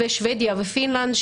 ושבדיה ופינלנד,